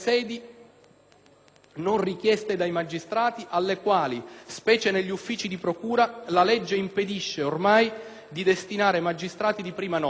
non richieste dai magistrati, alle quali, specie negli uffici di procura, la legge impedisce ormai di destinare magistrati di prima nomina.